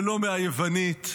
ולא מהיוונית.